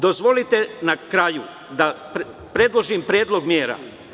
Dozvolite na kraju da predložim predlog mera.